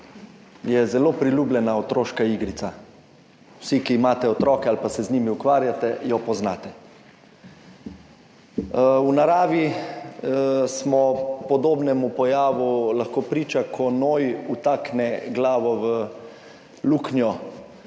je zelo priljubljena otroška igrica. Vsi, ki imate otroke ali pa se z njimi ukvarjate, jo poznate. V naravi smo podobnemu pojavu lahko priča, ko noj vtakne glavo v luknjo.